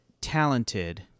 talented